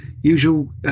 usual